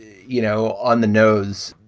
you know, on the nose,